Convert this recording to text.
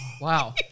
Wow